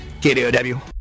KDOW